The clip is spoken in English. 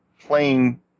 playing